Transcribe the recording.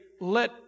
let